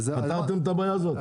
פתרתם את הבעיה הזאת?